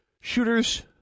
shooters